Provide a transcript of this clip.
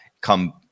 come